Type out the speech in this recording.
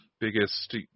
biggest